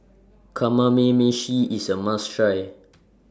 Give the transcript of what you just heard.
IS A must Try